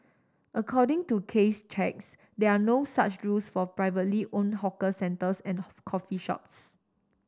according to Case checks there are no such rules for privately own hawkers centres and coffee shops